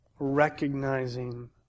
recognizing